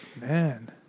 Man